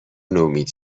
نومید